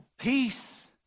Peace